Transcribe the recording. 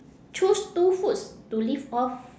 choose two foods to live off